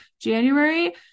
January